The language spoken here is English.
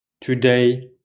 Today